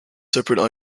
separate